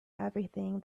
everything